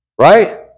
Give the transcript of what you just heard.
right